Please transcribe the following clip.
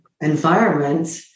environment